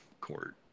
court